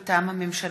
מטעם הממשלה: